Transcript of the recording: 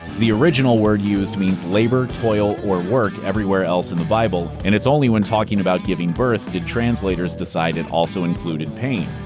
the original word used means labor, toil, or work everywhere else in the bible, and it's only when talking about giving birth did translators decide it also included pain.